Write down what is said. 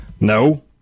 No